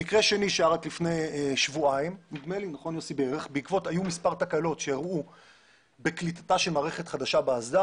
לפני שבועיים היו מספר תקלות בקליטתה של מערכת חדשה באסדה,